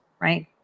right